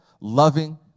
loving